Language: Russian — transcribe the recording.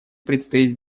предстоит